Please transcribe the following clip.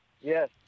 Yes